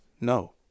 No